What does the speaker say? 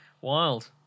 wild